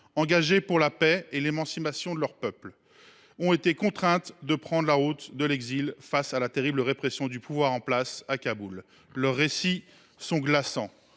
engagées pour la paix et l’émancipation de leur peuple, ont été contraintes de prendre la route de l’exil face à la terrible répression du pouvoir en place à Kaboul. Leurs récits sont glaçants.